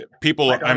People